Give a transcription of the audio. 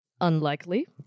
unlikely